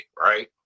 right